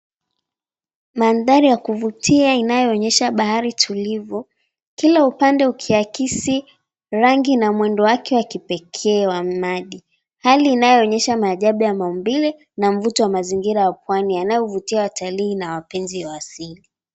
Maandhari ya kuvutia inayoonyesha bahari tulivu, kila upande ukiakisi rangi na mwendo wake wa kipekee wa mnadi hali inayoonyesha maajabu ya maumbile na mvuto wa mazingira ya pwani yanayovutia watalii na wapenzi wa asili.